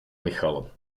michal